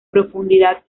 profundidad